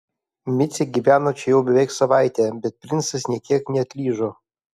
micė gyveno čia jau beveik savaitę bet princas nė kiek neatlyžo